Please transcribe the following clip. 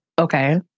okay